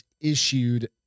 issued